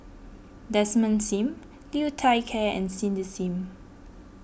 Desmond Sim Liu Thai Ker and Cindy Sim